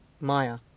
Maya